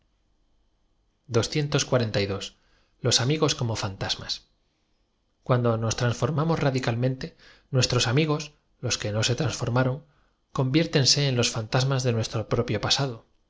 amigos como fantasmas cuando nos transformamos radicalmente nuestros amigos los que no se transformaron conviértense en los fantasmas de nuestro propio paaado